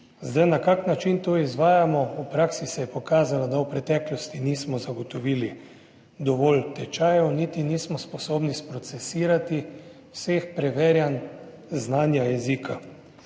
Zdaj na kak način to izvajamo? V praksi se je pokazalo, da v preteklosti nismo zagotovili dovolj tečajev, niti nismo sposobni sprocesirati vseh preverjanj znanja jezika.